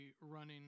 running